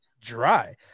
dry